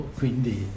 quindi